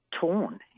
torn